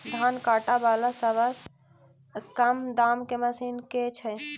धान काटा वला सबसँ कम दाम केँ मशीन केँ छैय?